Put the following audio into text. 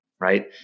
right